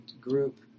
group